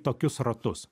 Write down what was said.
tokius ratus